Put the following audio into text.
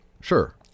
Sure